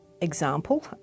example